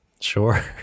Sure